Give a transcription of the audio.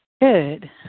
Good